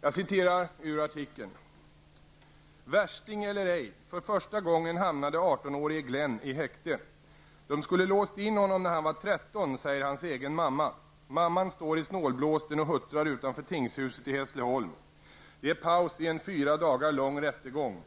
Jag citerar ur artikeln: ''Värsting eller ej. För första gången hamnade 18-årige Glenn i häkte. -- De skulle låst in honom när han var 13, säger hans egen mamma. Mamman står i snålblåsten och huttrar utanför tingshuset i Hässleholm. Det är paus i en fyra dagar lång rättegång.